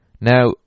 Now